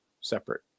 separate